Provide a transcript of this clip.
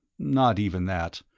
not even that.